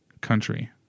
country